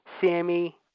Sammy